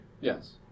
Yes